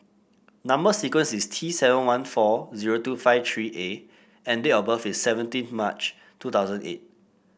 number sequence is T seven one four zero two five three A and date of birth is seventeen March two thousand eight